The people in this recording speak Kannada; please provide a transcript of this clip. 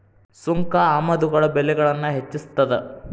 ಸುಂಕ ಆಮದುಗಳ ಬೆಲೆಗಳನ್ನ ಹೆಚ್ಚಿಸ್ತದ